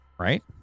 Right